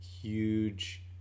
huge